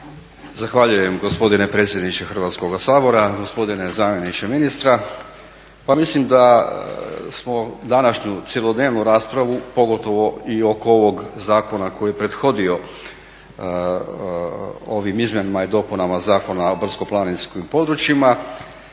Zahvaljujem gospodine predsjedniče Hrvatskoga sabora. Gospodine zamjeniče ministra. Pa mislim da smo današnju cjelodnevnu raspravu pogotovo i oko ovog zakona koji je prethodio ovim izmjenama i dopunama Zakona o brdsko-planinskom području